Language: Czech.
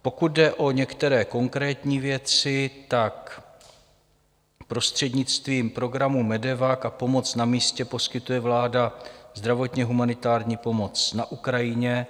Pokud jde o některé konkrétní věci, tak prostřednictvím programu MEDEVAC a Pomoc na místě poskytuje vláda zdravotně humanitární pomoc na Ukrajině.